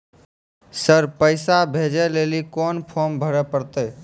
Sir पैसा भेजै लेली कोन फॉर्म भरे परतै?